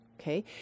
okay